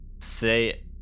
Say